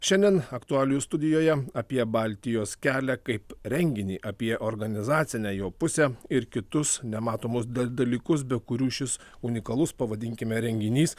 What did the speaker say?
šiandien aktualijų studijoje apie baltijos kelią kaip renginį apie organizacinę jo pusę ir kitus nematomus da dalykus be kurių šis unikalus pavadinkime renginys